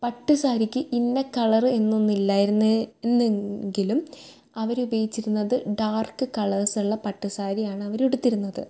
പട്ട് സാരിക്ക് ഇന്ന കളറ് എന്നൊന്ന് ഇല്ലായിരുന്നുന്നെങ്കിലും അവരുപയോഗിച്ചിരുന്നത് ഡാർക്ക് കളേഴ്സുള്ള പട്ട് സാരിയാണ് അവരുടുത്തിരുന്നത്